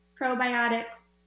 probiotics